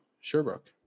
Sherbrooke